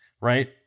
right